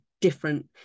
different